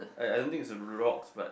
I I don't think is a rock but